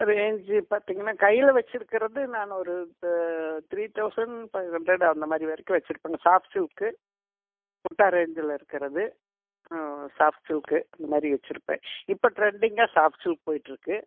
இப்பதிக்கு பார்த்திங்கன்னா கையில் வச்சு இருக்கிறது நான் ஒரு த்ரீ தௌசண்ட் ஃபைவ் ஹண்ட்ரேட் அந்த மாதிரி வரைக்கும் வச்சு இருப்பங்க சாஃப்ட் சில்க்கு ரேஞ்சில் இருக்கிறது சாஃப்ட் சில்க்கு இப்போ டிரென்டிங்காக சாஃப்ட் சில்க் போய்கிட்டு இருக்கு